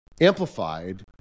amplified